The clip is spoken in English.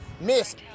Miss